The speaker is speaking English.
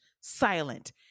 silent